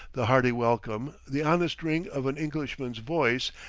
the hearty welcome, the honest ring of an englishman's voice,